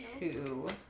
to